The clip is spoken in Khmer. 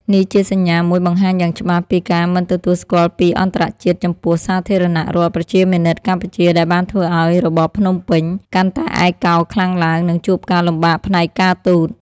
នេះជាសញ្ញាមួយបង្ហាញយ៉ាងច្បាស់ពីការមិនទទួលស្គាល់ពីអន្តរជាតិចំពោះ សាធារណរដ្ឋប្រជាមានិតកម្ពុជាដែលបានធ្វើឱ្យរបបភ្នំពេញកាន់តែឯកោខ្លាំងឡើង និងជួបការលំបាកផ្នែកការទូត។